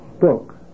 book